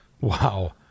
Wow